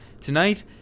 tonight